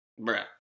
Bruh